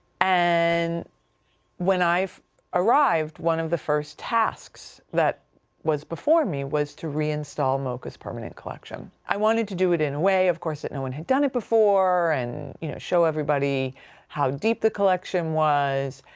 and when i arrived one of the first tasks that was before me was to reinstall moca's permanent collection. i wanted to do it in a way, of course, that no one had done it before and, you know, show everybody how deep the collection was,